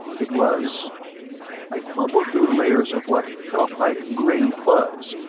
it was i fumbled through layers of what felt like gray fuzz,